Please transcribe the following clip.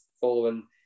following